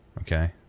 Okay